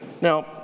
Now